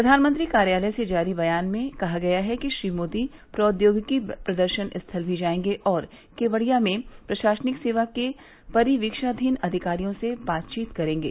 प्रधानमंत्री कार्यालय से जारी बयान में कहा गया है कि श्री मोदी प्रौद्योगिकी प्रदर्शन स्थल भी जायेंगे और केवड़िया में प्रशासनिक सेवा के परियीक्षाधीन अधिकारियों से बातचीत करेंगे